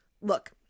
look